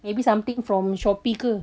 maybe something from shopee ke